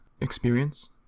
experience